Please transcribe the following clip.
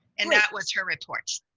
and that was her report.